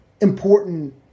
important